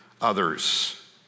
others